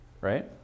right